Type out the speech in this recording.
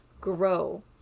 grow